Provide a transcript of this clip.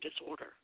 disorder